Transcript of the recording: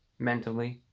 mentally,